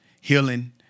healing